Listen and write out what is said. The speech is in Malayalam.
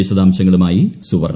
വിശദാംശങ്ങളുമായി സുവർണ